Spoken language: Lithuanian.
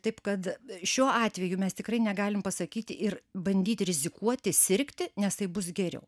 taip kad šiuo atveju mes tikrai negalim pasakyti ir bandyti rizikuoti sirgti nes taip bus geriau